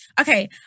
Okay